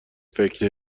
فکر